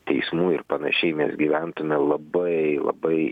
teismų ir panašiai mes gyventume labai labai